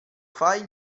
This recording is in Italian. file